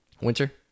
winter